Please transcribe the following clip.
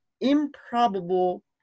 improbable